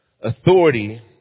authority